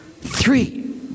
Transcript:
three